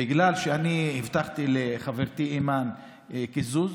בגלל שאני הבטחתי לחברתי אימאן קיזוז,